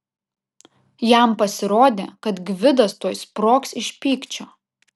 jam pasirodė kad gvidas tuoj sprogs iš pykčio